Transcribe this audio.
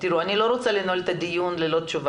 אני רק וידאתי עכשיו שוב עם חשב המשרד כדי לא להטעות את הוועדה.